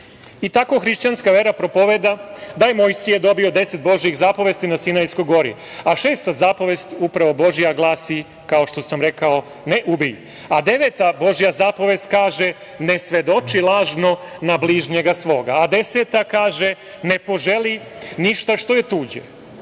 Tako hrišćanska vera propoveda da je Mojsije dobio 10 Božjih zapovesti na Sinajskoj gori. Šesta zapovest, upravo Božja, glasi, kao što sam rekao – ne ubij, a deveta Božja zapovest kaže – ne svedoči lažno na bližnjega svoga, a 10. kaže – ne poželi ništa što je tuđe. Kada